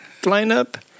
lineup